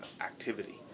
activity